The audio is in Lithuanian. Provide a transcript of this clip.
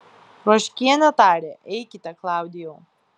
ruoškienė tarė eikite klaudijau